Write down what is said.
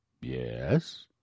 Yes